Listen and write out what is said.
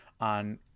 on